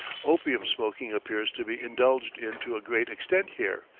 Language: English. opium smoking appears to be indulged in to a great extent here,